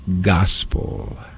gospel